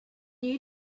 you